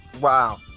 Wow